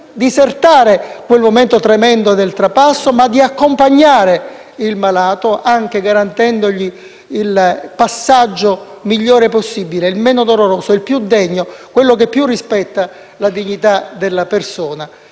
disertare il momento tremendo del trapasso, ma di accompagnare il malato garantendogli anche il passaggio migliore possibile, il meno doloroso, il più degno, che rispetta di più la dignità della persona.